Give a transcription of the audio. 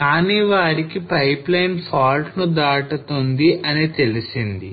కానీ వారికి pipeline fault ను దాటుతోంది అని తెలిసింది